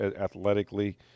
athletically